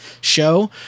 show